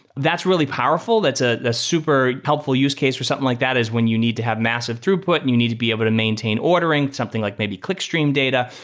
that's really powerful. that's ah super helpful use case for something like that, is when you need to have massive throughput and you need to be able to maintain ordering. something like maybe clickstream data.